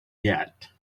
yet